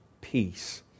peace